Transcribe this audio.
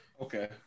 Okay